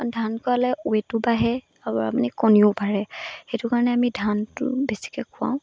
কাৰণ ধান খোৱালে ৱেটো বাঢ়ে আৰু মানে কণীও পাৰে সেইটো কাৰণে আমি ধানটো বেছিকৈ খুৱাওঁ